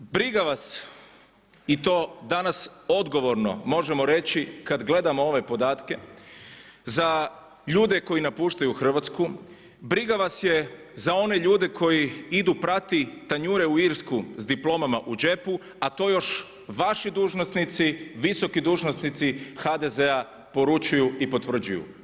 Briga vas i to danas odgovorno možemo reći kad gledamo ove podatke za ljude koji napuštaju Hrvatsku, briga vas je za one ljude koji idu prati tanjure u Irsku s diplomama u džepu a to još vaši dužnosnici, visoki dužnosnici HDZ-a poručuju i potvrđuju.